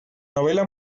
novela